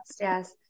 yes